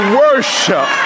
worship